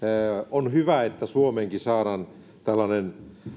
on hyvä että suomeenkin saadaan tällainen